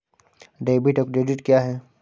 Debit और credit क्या है?